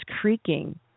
creaking